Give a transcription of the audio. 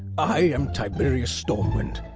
i am tiberius stormwind.